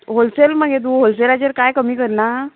wholesale मगे तूं होलसेलाचेर कांय कमी करना